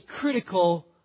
critical